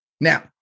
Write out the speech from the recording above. Now